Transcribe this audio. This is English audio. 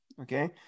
Okay